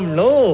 no